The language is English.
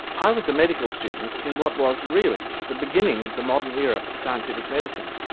i was a medical student in what was, really, the beginning of the modern era of scientific medicine,